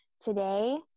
today